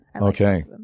Okay